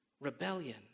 rebellion